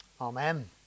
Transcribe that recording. Amen